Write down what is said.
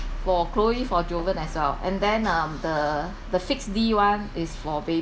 for chloe for jovan as well and then um the the fixed D one is for